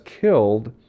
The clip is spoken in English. killed